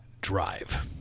Drive